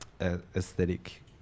aesthetic